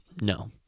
No